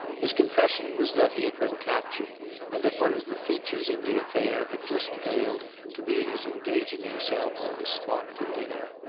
his confession was that he had been captured and that one of the features of the affair had just failed to be his engaging himself on the spot to dinner.